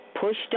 pushed